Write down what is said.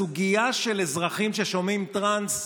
הסוגיה של אזרחים ששומעים טרנס,